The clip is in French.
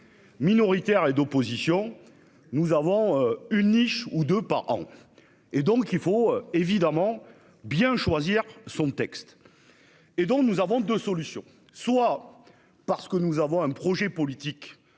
Minoritaires et d'opposition. Nous avons une niche ou de pas en. Et donc il faut évidemment bien choisir son texte. Et dont nous avons 2 solutions, soit parce que nous avons un projet politique